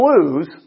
clues